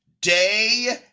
Day